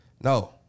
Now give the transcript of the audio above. No